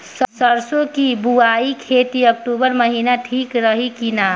सरसों की बुवाई खाती अक्टूबर महीना ठीक रही की ना?